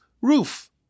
roof